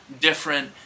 different